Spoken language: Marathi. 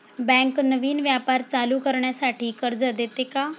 बँक नवीन व्यापार चालू करण्यासाठी कर्ज देते का?